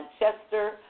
Manchester